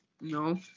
No